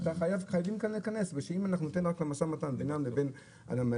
חייבים להיכנס כאן בגלל שאם ניתן רק למשא ומתן בינם לבין הנמל,